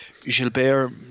Gilbert